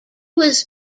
was